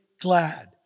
glad